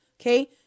Okay